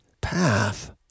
path